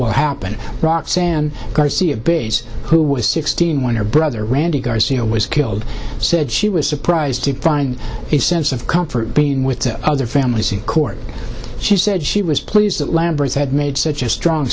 will happen roxanne garcia big who was sixteen when her brother randy garcia was killed said she was surprised to find a sense of comfort being with other families in court she said she was pleased that lambert had made such a strong